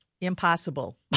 Impossible